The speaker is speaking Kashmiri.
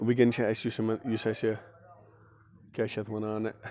وٕنکین چھِ اَسہِ یُس یِمن یُس اَسہِ کیٛاہ چھِ اتھ وَنان